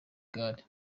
gare